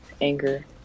Anger